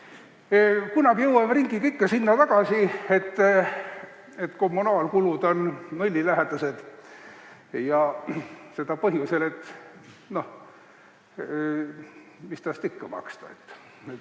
Kunagi jõuame ringiga ikka sinna tagasi, et kommunaalkulud on nullilähedased, ja seda põhjusel, et no mis neist ikka maksta